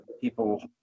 people